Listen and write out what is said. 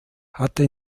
hatte